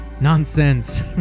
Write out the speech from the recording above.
Nonsense